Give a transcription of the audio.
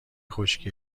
خشکی